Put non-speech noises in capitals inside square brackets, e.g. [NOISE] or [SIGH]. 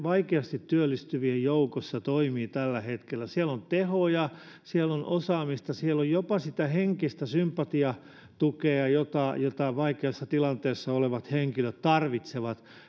[UNINTELLIGIBLE] vaikeasti työllistyvien joukossa toimii tällä hetkellä siellä on tehoja siellä on osaamista siellä on jopa sitä henkistä sympatiatukea jota vaikeassa tilanteessa olevat henkilöt tarvitsevat